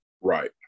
Right